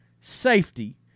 Safety